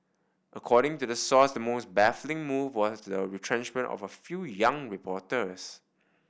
according to the source the most baffling move was the retrenchment of a few young reporters